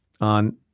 on